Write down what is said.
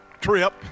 trip